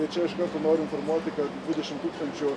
tai čia iš karto noriu informuoti kad dvidešim tūkstančių